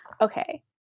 Okay